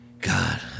God